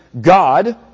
God